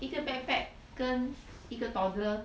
一个 backpack 跟一个 toddler